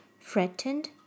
threatened